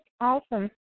Awesome